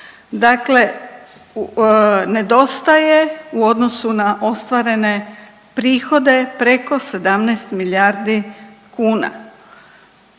Dakle, nedostaje u odnosu na ostvarene prihode preko 17 milijardi kuna.